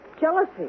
Jealousy